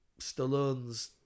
Stallone's